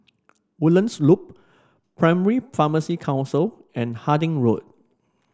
Woodlands Loop Pharmacy Council and Harding Road